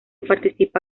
participa